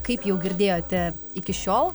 kaip jau girdėjote iki šiol